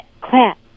clap